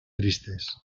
tristes